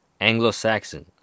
Anglo-Saxon